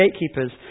gatekeepers